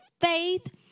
faith